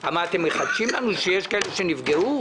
מה, אתם מחדשים לנו שיש כאלה שנפגעו?